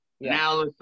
Now